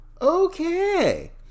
okay